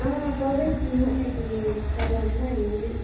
products ఉన్నాయండి చాలా ఉన్నాయి